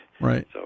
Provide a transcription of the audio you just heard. Right